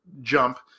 jump